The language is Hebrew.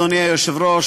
אדוני היושב-ראש,